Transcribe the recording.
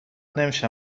نمیشن